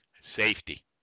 safety